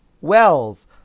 wells